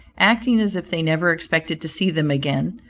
acting as if they never expected to see them again,